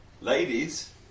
Ladies